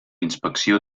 inspecció